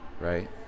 right